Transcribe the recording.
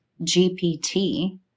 GPT